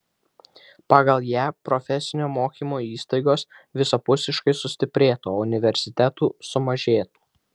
pagal ją profesinio mokymo įstaigos visapusiškai sustiprėtų o universitetų sumažėtų